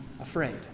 afraid